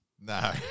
No